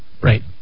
Right